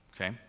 okay